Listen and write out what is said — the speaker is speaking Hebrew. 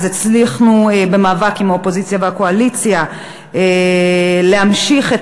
הצלחנו במאבק של האופוזיציה והקואליציה להמשיך את